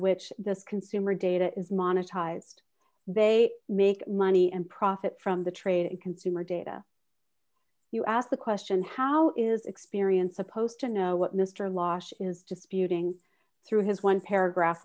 which this consumer data is monetized they make money and profit from the trade in consumer data you ask the question how is experience supposed to know what mr law is disputing through his one paragraph